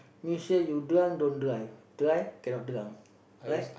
make sure you drunk don't drive drive cannot drunk right